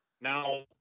now